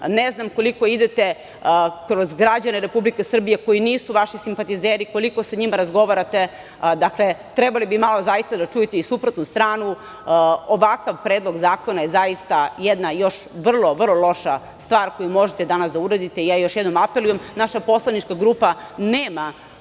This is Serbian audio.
ne znam koliko idete kroz građane Republike Srbije koji nisu vaši simpatizeri, koliko sa njima razgovarate, dakle, trebali bi malo zaista da čujete i suprotnu stranu. Ovakav predlog zakona je zaista jedna još vrlo, vrlo loša stvar koju možete danas da uradite. Ja još jednom apelujem, naša poslanička grupa nema